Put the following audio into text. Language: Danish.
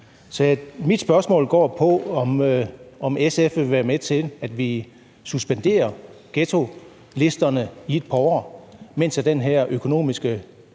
mit spørgsmål går på, om SF vil være med til, at vi suspenderer ghettolisterne i et par år, mens den her økonomiske